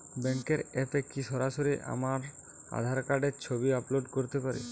ব্যাংকের অ্যাপ এ কি সরাসরি আমার আঁধার কার্ড র ছবি আপলোড করতে পারি?